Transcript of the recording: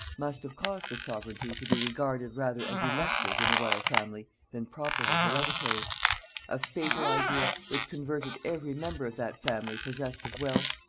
must have caused the sovereignty to be regarded rather as elective in the royal family than properly hereditary a fatal idea, which converted every member of that family possessed of wealth,